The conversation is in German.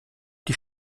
die